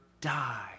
die